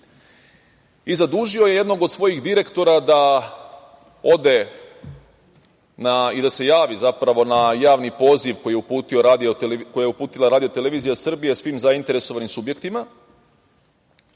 i zadužio je jednog od svojih direktora da ode i da se javi na javni poziv koji je uputila RTS svim zainteresovanim subjektima.